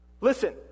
Listen